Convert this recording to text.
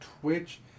Twitch